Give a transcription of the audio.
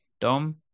dom